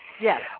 Yes